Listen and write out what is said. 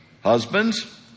Husbands